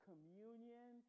communion